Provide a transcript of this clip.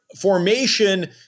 formation